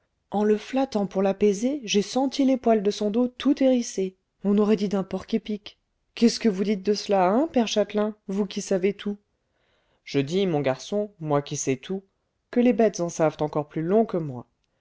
en le flattant pour l'apaiser j'ai senti les poils de son dos tout hérissés on aurait dit d'un porc-épic qu'est-ce que vous dites de cela hein père châtelain vous qui savez tout je dis mon garçon moi qui sais tout que les bêtes en savent encore plus long que moi